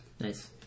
Nice